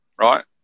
right